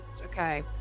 okay